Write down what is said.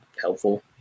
helpful